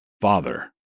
father